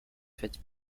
fête